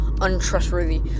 untrustworthy